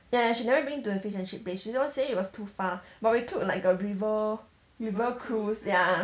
ya ya she never bring me to the fish and chip place she only say it was too far but we took like a river river cruise ya